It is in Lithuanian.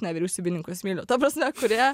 nevyriausybininkus myliu ta prasme kurie